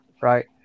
right